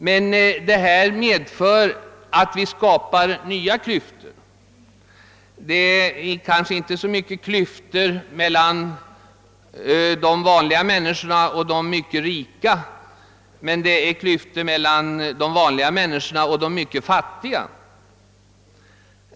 Men detta förslag medför att vi skapar nya klyftor, kanske inte så mycket klyftor mellan de vanliga människorna och de mycket rika som mellan de vanliga människorna och de mycket fattiga.